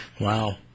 Wow